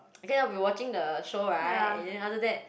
then I'll be watching the show right and then after that